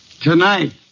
Tonight